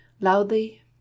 loudly